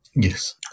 Yes